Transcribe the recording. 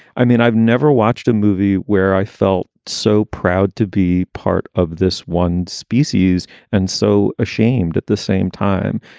i mean, i've never watched a movie where i felt so proud to be part of this one species and so ashamed at the same time.